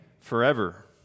forever